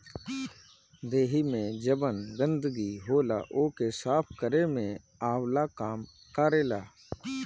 देहि में जवन गंदगी होला ओके साफ़ केरे में आंवला काम करेला